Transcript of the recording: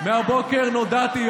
מהבוקר נודע לי,